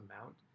amount